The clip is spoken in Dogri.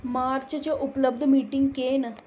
मार्च च उपलब्ध मीटिंग केह् न